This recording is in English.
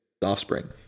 offspring